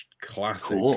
classic